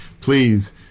please